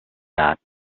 that